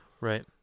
Right